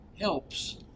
helps